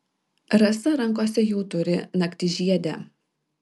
rasa rankose jau turi naktižiedę